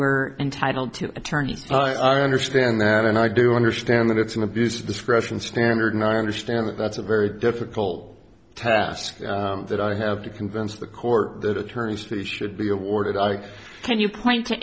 were entitled to attorneys i understand that and i do understand that it's an abuse of discretion standard and i understand that that's a very difficult task that i have to convince the court that attorneys to should be awarded i can you point